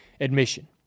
admission